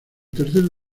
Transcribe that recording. tercer